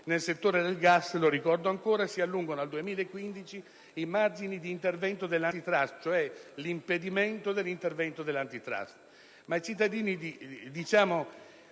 Nel settore del gas - lo ricordo ancora - si allungano al 2015 i margini di intervento dell'*Antitrust*, cioè l'impedimento dell'intervento dell'*Antitrust*.